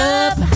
up